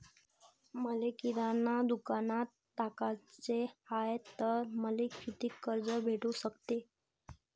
मले किराणा दुकानात टाकाचे हाय तर मले कितीक कर्ज भेटू सकते?